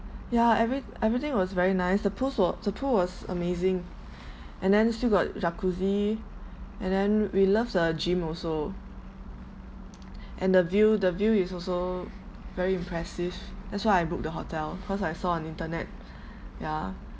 ya every~ everything was very nice the pool was the pool was amazing and then still got jacuzzi and then we love the gym also and the view the view is also very impressive that's why I book the hotel cause I saw on internet ya